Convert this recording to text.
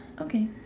Okay